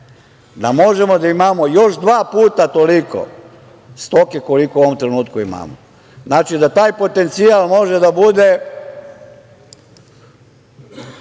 da možemo da imamo još dva puta toliko stoke koliko u ovom trenutku imamo. Znači, da taj potencijal može da bude